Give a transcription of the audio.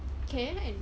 can